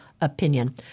opinion